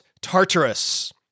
Tartarus